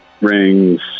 rings